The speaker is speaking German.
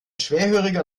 schwerhöriger